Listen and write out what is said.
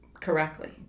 Correctly